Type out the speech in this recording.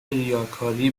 ریاکاری